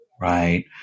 right